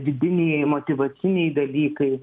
vidiniai motyvaciniai dalykai